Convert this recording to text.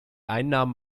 einnahmen